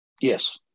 Yes